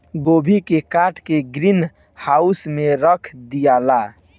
गोभी के काट के ग्रीन हाउस में रख दियाला